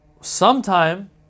sometime